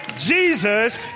jesus